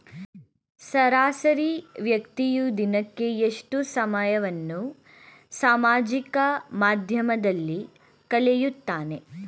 ಸರಾಸರಿ ವ್ಯಕ್ತಿಯು ದಿನಕ್ಕೆ ಎಷ್ಟು ಸಮಯವನ್ನು ಸಾಮಾಜಿಕ ಮಾಧ್ಯಮದಲ್ಲಿ ಕಳೆಯುತ್ತಾನೆ?